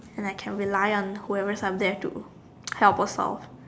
and I can rely on whoever is up there to help also